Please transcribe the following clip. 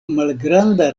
malgranda